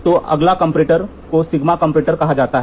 तो अगले कंपैरेटर को सिग्मा कंपैरेटर कहा जाता है